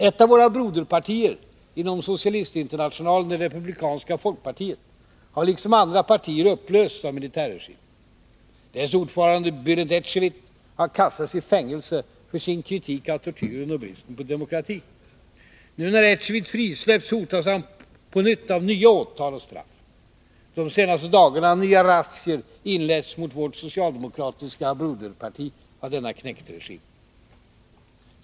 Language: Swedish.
Ett av våra broderpartier inom Socialistinternationalen, det republikanska folkpartiet, har liksom andra partier upplösts av militärregimen. Dess ordförande, Bälent Ecevit, har kastats i fängelse för sin kritik av tortyren och bristen på demokrati. Nu när Ecevit frisläppts, hotas han på nytt av nya åtal och straff. De senaste dagarna har nya razzior inletts av denna knektregim mot vårt socialdemokratiska broderparti.